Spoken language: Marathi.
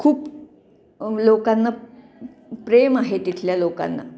खूप लोकांना प्रेम आहे तिथल्या लोकांना